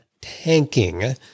tanking